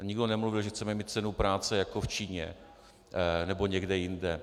Nikdo nemluvil, že chceme mít cenu práce jako v Číně nebo někde jinde.